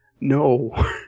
no